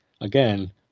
again